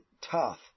tough